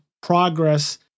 progress